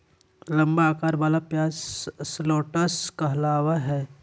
लंबा अकार वला प्याज शलोट्स कहलावय हय